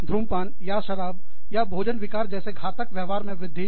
धूम्रपान या शराब या भोजन विकारों जैसे घातक व्यवहार में वृद्धि